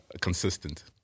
consistent